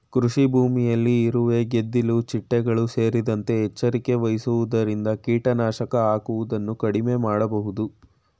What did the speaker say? ಕೃಷಿಭೂಮಿಯಲ್ಲಿ ಇರುವೆ, ಗೆದ್ದಿಲು ಚಿಟ್ಟೆಗಳು ಸೇರಿದಂತೆ ಎಚ್ಚರಿಕೆ ವಹಿಸುವುದರಿಂದ ಕೀಟನಾಶಕ ಹಾಕುವುದನ್ನು ಕಡಿಮೆ ಮಾಡಬೋದು